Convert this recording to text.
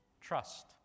trust